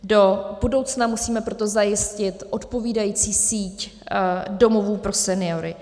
Do budoucna musíme proto zajistit odpovídající síť domovů pro seniory.